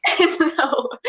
No